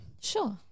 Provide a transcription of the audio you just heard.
sure